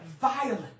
violent